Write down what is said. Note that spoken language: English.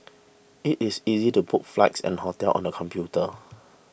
it is easy to book flights and hotels on the computer